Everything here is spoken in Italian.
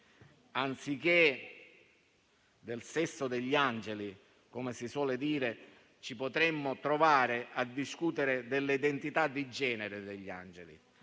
anziché del sesso degli angeli (come si suol dire), ci potremmo trovare a discutere delle loro identità di genere, e non